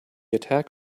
attack